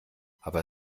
aber